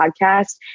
podcast